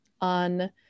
on